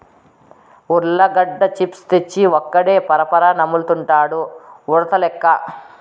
ఉర్లగడ్డ చిప్స్ తెచ్చి ఒక్కడే పరపరా నములుతండాడు ఉడతలెక్క